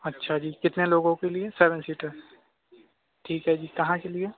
اچھا جی کتنے لوگوں کے لیے سیون سیٹر ٹھیک ہے جی کہاں کے لیے